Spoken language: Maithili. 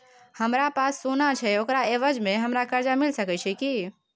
हमरा पास सोना छै ओकरा एवज में हमरा कर्जा मिल सके छै की?